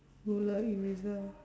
ruler eraser